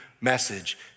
message